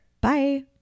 Bye